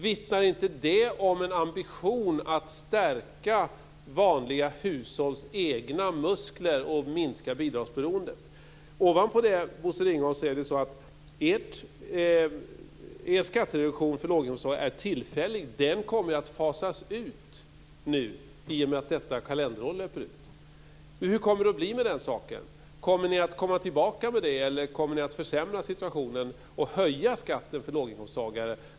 Vittnar inte det om en ambition att stärka vanliga hushålls egna muskler och minska bidragsberoendet? Er skattereduktion för låginkomsttagare är tillfällig, Bosse Ringholm. Den kommer att fasas ut i och med att detta kalenderår löper ut. Hur kommer det att bli med den saken? Kommer ni att komma tillbaka med detta? Eller kommer ni att försämra situationen och höja skatten för låginkomsttagare?